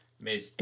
made